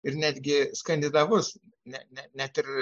ir netgi skandinavus ne ne net ir